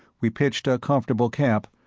we pitched a comfortable camp,